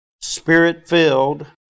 spirit-filled